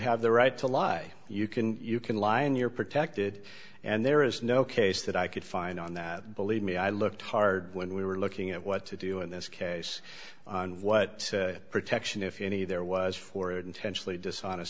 have the right to lie you can you can line you're protected and there is no case that i could find on that believe me i looked hard when we were looking at what to do in this case and what protection if any there was for intentionally dishonest